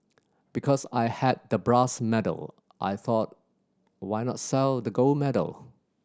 because I had the brass medal I thought why not sell the gold medal